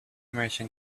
merchant